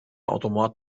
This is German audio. automat